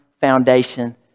foundation